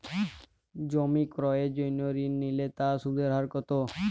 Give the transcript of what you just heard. জমি ক্রয়ের জন্য ঋণ নিলে তার সুদের হার কতো?